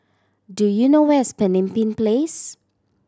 do you know where is Pemimpin Place